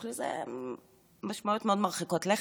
יש לזה משמעויות מאוד מרחיקות לכת.